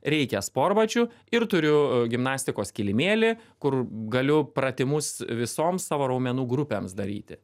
reikia sportbačių ir turiu gimnastikos kilimėlį kur galiu pratimus visoms savo raumenų grupėms daryti